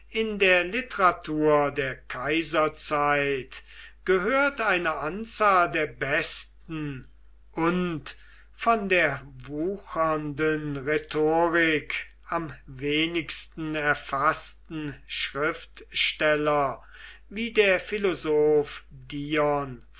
in der literatur der kaiserzeit gehören eine anzahl der besten und von der wuchernden rhetorik am wenigsten erfaßten schriftsteller wie der philosoph